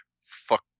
Fuck